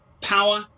power